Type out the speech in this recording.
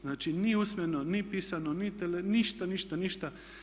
Znači ni usmeno, ni pisano, ni ništa, ništa, ništa.